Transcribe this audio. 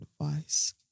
Advice